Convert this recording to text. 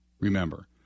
Remember